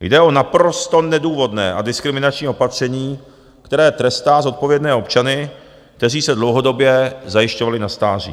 Jde o naprosto nedůvodné a diskriminační opatření, které trestá zodpovědné občany, kteří se dlouhodobě zajišťovali na stáří.